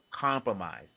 compromise